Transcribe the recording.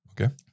Okay